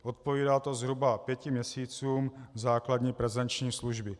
Odpovídá to zhruba pěti měsícům základní prezenční služby.